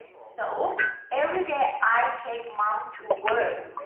so, every day i take mom to work.